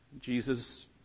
Jesus